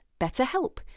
BetterHelp